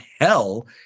hell